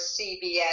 CBS